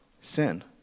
sin